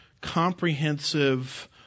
comprehensive